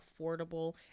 affordable